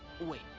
Wait